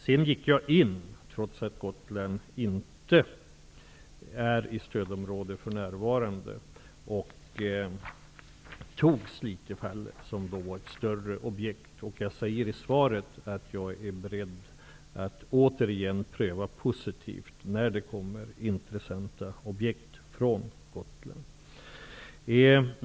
Trots att Gotland för närvarande inte räknas som stödområde gick jag in och tog Slitefallet som exempel på ett större objekt. Jag säger i svaret att jag är beredd att återigen när det kommer intressanta förslag om objekt från Gotland pröva dessa i positiv anda.